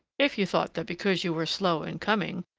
if you thought that because you were slow in coming,